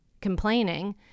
Complaining